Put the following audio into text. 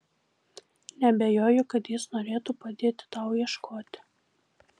neabejoju kad jis norėtų padėti tau ieškoti